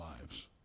lives